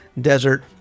desert